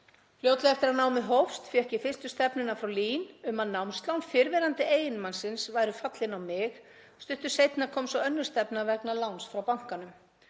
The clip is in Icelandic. Fljótlega eftir að námið hófst fékk ég fyrstu stefnuna frá LÍN um að námslán fyrrverandi eiginmanns míns væru fallin á mig. Stuttu seinna kom svo önnur stefna vegna láns frá bankanum.